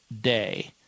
day